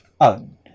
own